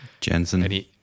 jensen